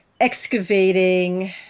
excavating